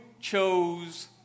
chose